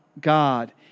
God